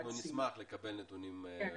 אנחנו נשמח לקבל נתונים ברורים.